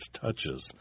touches